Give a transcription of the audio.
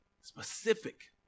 Specific